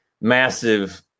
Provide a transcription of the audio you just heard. massive